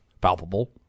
palpable